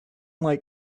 like